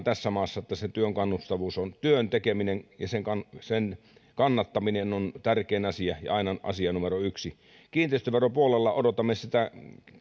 tässä maassa tapahtumaan se että työn kannustavuus on työn tekeminen ja että sen kannattaminen on tärkein asia ja aina asia numero yksi kiinteistöveropuolella odotamme